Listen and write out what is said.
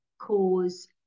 cause